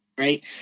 right